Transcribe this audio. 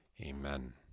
amen